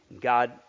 God